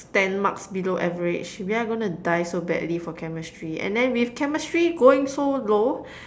ten marks below average we are gonna die so badly for Chemistry and then with Chemistry going so low